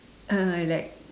uh like